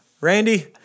Randy